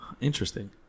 Interesting